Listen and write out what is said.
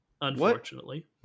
unfortunately